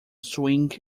swing